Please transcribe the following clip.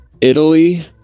Italy